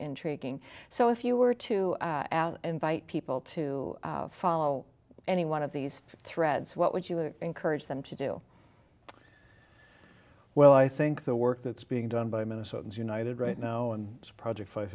intriguing so if you were to invite people to follow any one of these threads what would you encourage them to do well i think the work that's being done by minnesotans united right now and project